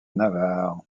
navarre